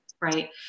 right